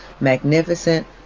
magnificent